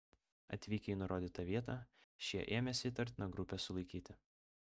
atvykę į nurodytą vietą šie ėmėsi įtartiną grupę sulaikyti